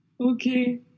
Okay